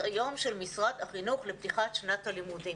היום של משרד החינוך לפתיחת שנת הלימודים,